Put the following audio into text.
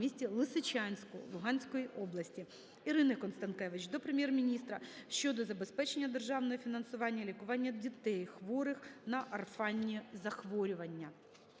місті Лисичанську Луганської області. Ірини Констанкевич до Прем'єр-міністра щодо забезпечення державного фінансування лікування дітей, хворих на орфанні захворювання.